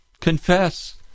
confess